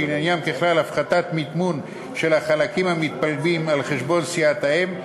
שעניינם ככלל הפחתת מימון של החלקים המתפלגים על חשבון סיעת האם,